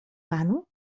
panu